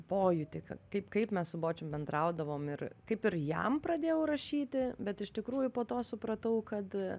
pojūtį kaip kaip mes su bočium bendraudavom ir kaip ir jam pradėjau rašyti bet iš tikrųjų po to supratau kad